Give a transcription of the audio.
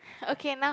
okay now